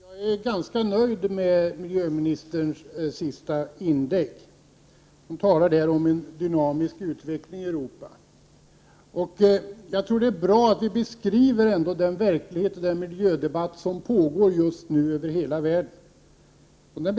Herr talman! Jag är ganska nöjd med miljöministerns senaste inlägg. Hon talade där om en dynamisk utveckling i Europa. Jag tror ändå att det är bra att vi beskriver den verklighet som finns och den miljödebatt som just nu pågår över hela världen.